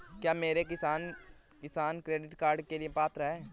क्या मेरे जैसा किसान किसान क्रेडिट कार्ड के लिए पात्र है?